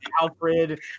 Alfred